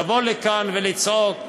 לבוא לכאן ולצעוק ולהגיד: